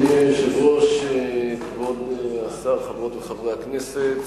אדוני היושב-ראש, כבוד השר, חברות וחברי הכנסת,